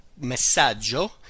messaggio